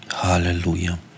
Hallelujah